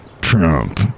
trump